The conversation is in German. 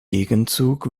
gegenzug